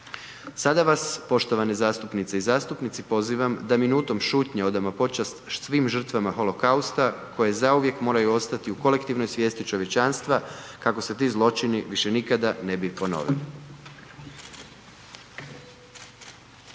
Sada vas poštovane zastupnice i zastupnici pozivam da minutom šutnje odamo počast svim žrtvama holokausta koje zauvijek moraju ostati u kolektivnoj svijesti čovječanstva kako se ti zločini više nikada ne bi ponovili.